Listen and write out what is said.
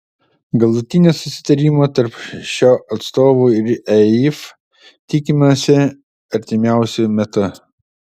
galutinio susitarimo tarp šio atstovų ir eif tikimasi artimiausiu metu